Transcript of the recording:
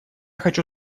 хочу